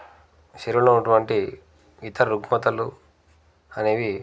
శరీరంలో ఉన్నటువంటి ఇతర రుగ్మతలు అనేవి